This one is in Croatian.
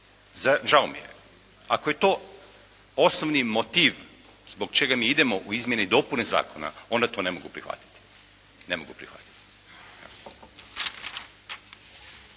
Žao mi je. Ako je to osnovni motiv zbog čega mi idemo u izmjene i dopune zakona, onda to ne mogu prihvatiti. Ne mogu prihvatiti.